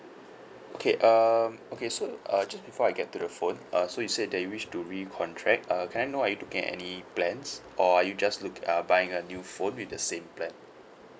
okay um okay so uh just before I get to the phone uh so you said that you wish to re-contract uh can I know are you looking any plans or are you just look uh buying a new phone with the same plan